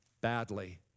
badly